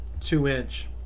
two-inch